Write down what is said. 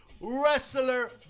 wrestler